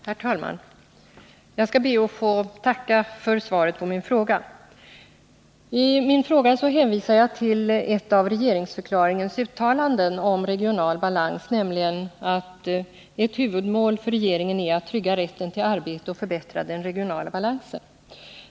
Herr talman! Jag ber att få tacka för svaret på min fråga. I min fråga hänvisade jag till ett av regeringsförklaringens uttalanden om regional balans, nämligen att ett ”huvudmål för regeringen är att trygga rätten till arbete och att förbättra den regionala balansen”.